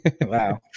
wow